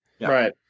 Right